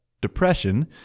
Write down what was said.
depression